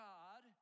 God